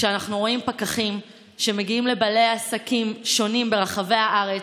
כשאנחנו רואים פקחים שמגיעים לבעלי עסקים שונים ברחבי הארץ,